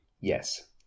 Yes